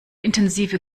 intensive